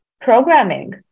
programming